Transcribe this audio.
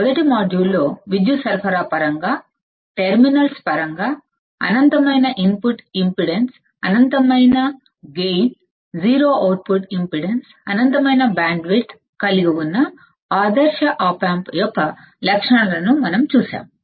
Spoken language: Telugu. మొదటి మాడ్యూల్ లో విద్యుత్ సరఫరా పరంగా టెర్మినల్స్ పరంగా అనంతమైన ఇన్పుట్ ఇంపిడెన్స్ అనంతమైన గైన్ 0 అవుట్పుట్ ఇంపిడెన్స్ అనంతమైన బ్యాండ్ విడ్త్ కలిగి ఉన్న ఐడియల్ ఆప్ ఆంప్ పరంగా ఆప్ ఆంప్ యొక్క లక్షణాలను మనం చూశాము